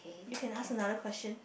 you can ask another question